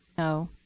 no.